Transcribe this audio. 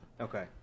Okay